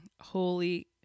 Holy